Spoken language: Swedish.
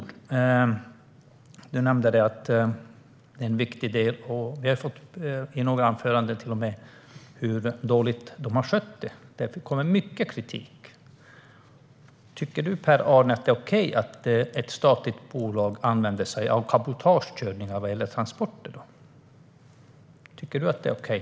Du nämnde att Postnord är en viktig del. Vi har i några anföranden fått höra hur dåligt Postnord har skötts. Det har kommit mycket kritik. Tycker du, Per-Arne, att det är okej att ett statligt bolag använder sig av cabotagekörningar när det gäller transporter? Tycker du att det är okej?